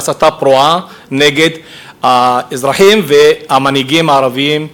והסתה פרועה נגד האזרחים והמנהיגים הערבים,